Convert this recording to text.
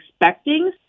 expecting